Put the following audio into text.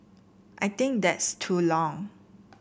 I think that's too long